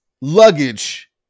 luggage